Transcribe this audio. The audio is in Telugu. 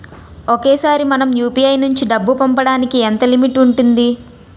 ఒకేసారి మనం యు.పి.ఐ నుంచి డబ్బు పంపడానికి ఎంత లిమిట్ ఉంటుంది?